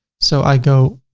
so i go.